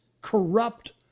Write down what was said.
corrupt